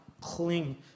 cling